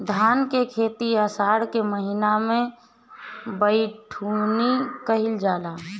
धान के खेती आषाढ़ के महीना में बइठुअनी कइल जाला?